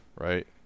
right